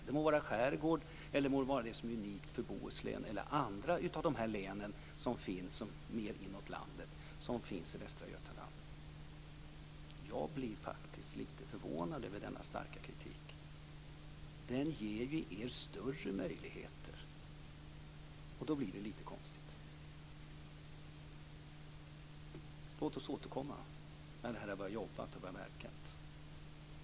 Det må vara skärgård, det må vara det som är unikt för Bohuslän eller andra av de län som finns, mer inåt landet, i Västra Götaland. Jag blir faktiskt lite förvånad över denna starka kritik. Det här ger ju er större möjligheter. Då blir det lite konstigt. Låt oss återkomma när det här har börjar jobba och verka.